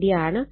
അപ്പോൾ ഇത് 2